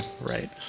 right